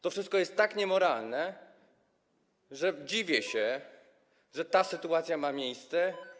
To wszystko jest tak niemoralne, że dziwię się, że ta sytuacja ma miejsce.